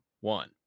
one